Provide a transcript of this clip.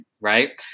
right